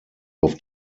auf